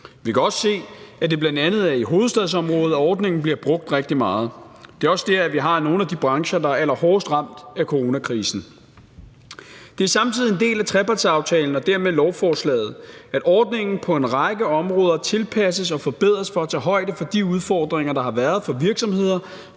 Vi kan også se, at det bl.a. er i hovedstadsområdet, ordningen bliver brugt rigtig meget. Det er også der, hvor vi har nogle af de brancher, der er allerhårdest ramt af coronakrisen. Det er samtidig en del af trepartsaftalen og dermed lovforslaget, at ordningen på en række områder tilpasses og forbedres for at tage højde for de udfordringer, der har været for virksomheder,